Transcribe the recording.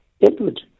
Edward